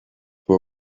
for